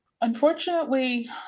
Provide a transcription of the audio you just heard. Unfortunately